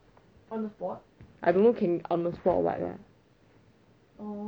I don't know can on the spot or what